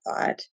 thought